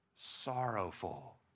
sorrowful